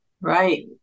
Right